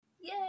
Yay